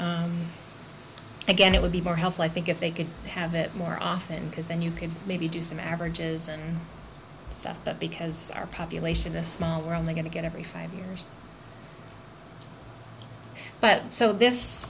so again it would be more helpful i think if they could have it more often because then you could maybe do some averages and stuff but because our population this now we're only going to get every five years but so this